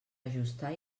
ajustar